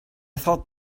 thought